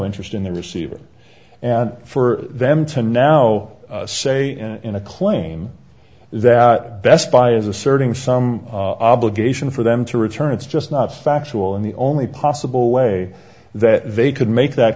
interest in their c v and for them to now say in a claim that best buy is asserting some obligation for them to return it's just not factual and the only possible way that they could make that